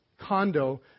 condo